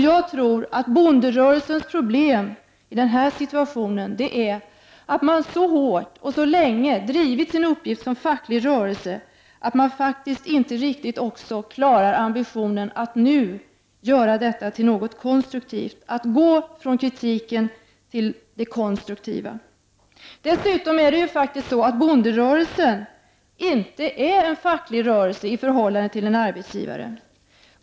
Jag tror att bonderörelsens problem i den här situationen är att den så hårt och så länge drivit sin uppgift som facklig rörelse att den faktiskt inte riktigt klarar ambitionen att göra något konstruktivt av situationen, alltså att lämna det stadium då man är kritisk och i stället göra något konstruktivt. Dessutom är bonderörelsen faktiskt inte en facklig rörelse i förhållande till en arbetsgivare.